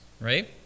right